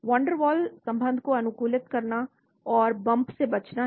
वान der Waals संबंध को अनुकूलित करना है और बंप से बचना है